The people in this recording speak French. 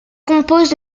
compose